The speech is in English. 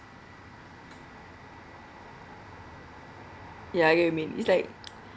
ya I get what you mean it's like